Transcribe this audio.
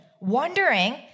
wondering